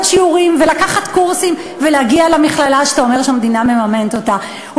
שיעורים ולקחת קורסים ולהגיע למכללה שאתה אומר שהמדינה מממנת אותה.